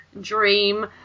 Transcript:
dream